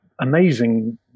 amazing